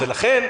ולכן,